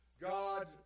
God